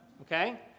Okay